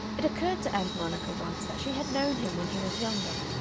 it occurred to ann veronica once that she had known him when he was younger,